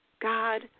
God